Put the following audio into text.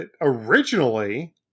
originally